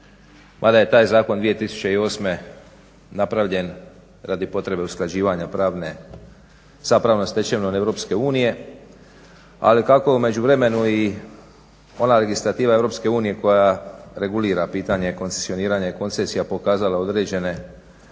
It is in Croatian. mada je taj zakon 2008. napravljen radi potrebe usklađivanja pravne, sa pravnom stečevinom EU. Ali kako u međuvremenu i ona legislativa EU koja regulira pitanje koncesioniranja i koncesija pokazala određene